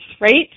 Right